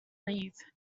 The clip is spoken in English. leave